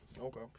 Okay